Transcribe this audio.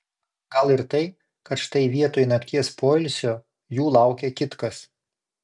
gal ir tai kad štai vietoj nakties poilsio jų laukia kitkas